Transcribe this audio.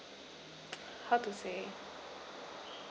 how to say